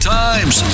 times